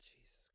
Jesus